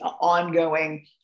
ongoing